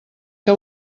que